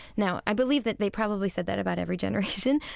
now i believe that they probably said that about every generation,